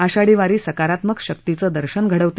आषाढी वारी सकारात्मक शक्तीचं दर्शन घडवते